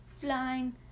Flying